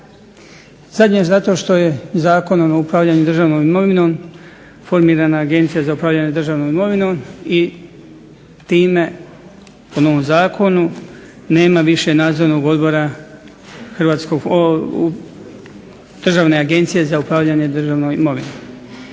Zadnje zato što je Zakon o upravljanju državnom imovinom formirana Agencija za upravljanje državnom imovinom i time po novom zakonu nema više Državne agencije za upravljanje državnom imovinom.